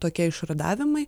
tokie išrudavimai